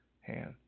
hand